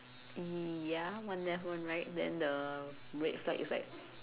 ya one left one right then the red flag is like